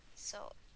so